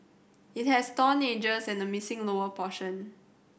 it has torn edges and missing lower portion